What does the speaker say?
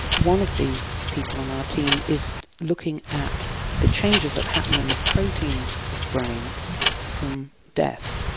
one of the people on our team is looking at the changes that happen in the protein of brain from death,